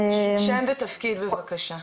שם ותפקיד בבקשה.